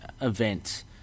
event